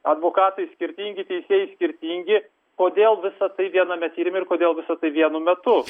advokatai skirtingi teisėjai skirtingi kodėl visa tai viename tyrime ir kodėl visa tai vienu metu